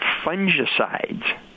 fungicides